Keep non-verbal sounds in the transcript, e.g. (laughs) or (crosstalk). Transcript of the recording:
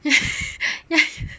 ya (laughs)